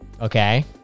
Okay